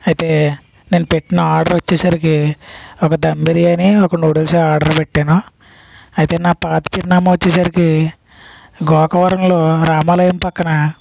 అయితే నేను పెట్టిన ఆర్డర్ వచ్చేసరికి ఒక ధమ్ బిర్యానీ ఒక నూడిల్స్ ఆర్డర్ పెట్టాను అయితే నా పాత చిరునామా వచ్చేసరికి గోకవరంలో రామాలయం ప్రక్కన